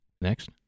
next